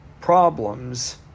problems